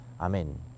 Amen